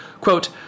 Quote